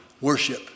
worship